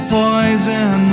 poison